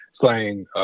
playing